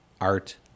Art